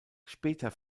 später